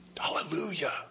Hallelujah